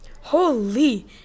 Holy